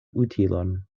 utilon